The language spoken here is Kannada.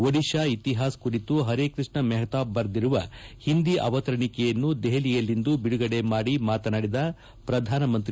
ಒಡಿಶಾ ಇತಿಪಾಸ್ ಕುರಿತು ಪರೇಕೃಷ್ಣ ಮಹತಾಬ್ ಬರೆದಿರುವ ಒಂದಿ ಅವತರಣಿಕೆಯನ್ನು ದೆಪಲಿಯಲ್ಲಿಂದು ಬಿಡುಗಡೆ ಮಾಡಿ ಮಾಶನಾಡಿದ ಪ್ರಧಾನಮಂತ್ರಿ